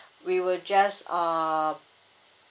we will just err